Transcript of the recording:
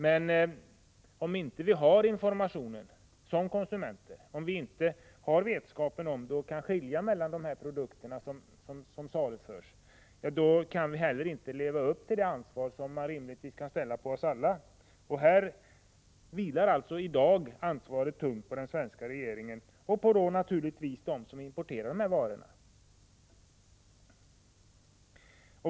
Men om vi som konsumenter inte har fått information, inte har vetskap om förhållandena och inte kan skilja mellan de produkter som saluförs, kan vi inte heller leva upp till det ansvar som man rimligtvis kan kräva av oss alla. Här vilar alltså ansvaret tungt på den svenska regeringen och på dem som importerar dessa varor.